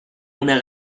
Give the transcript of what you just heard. una